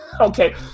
Okay